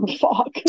fuck